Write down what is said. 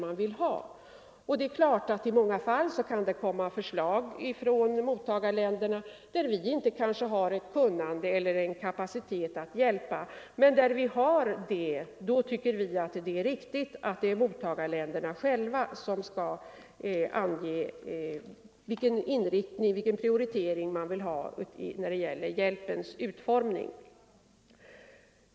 I många fall kan mottagarlandet komma med förslag till hjälp, för vilken vi inte har kunnande eller kapacitet. Men när vi har erforderligt kunnande och erforderlig kapacitet tycker vi att det är riktigt att mottagarlandet självt anger prioriteringar när det gäller hjälpens utformning.